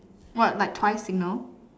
what like twice signal